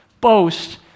boast